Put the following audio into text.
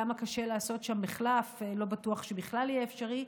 למה קשה לעשות שם מחלף, לא בטוח שבכלל יהיה אפשרי,